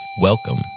Welcome